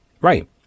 right